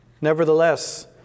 Nevertheless